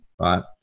right